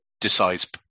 decides